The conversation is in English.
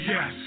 Yes